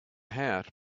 hat